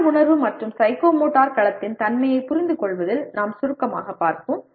மன உணர்வு மற்றும் சைக்கோமோட்டர் களத்தின் தன்மையைப் புரிந்துகொள்வதில் நாம் சுருக்கமாக பார்ப்போம்